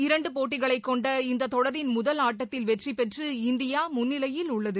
இரண்டு போட்டிகளை கொண்ட இந்த தொடரின் முதல் ஆட்டத்தில் வெற்றி பெற்று இந்தியா முன்னிலையில் உள்ளது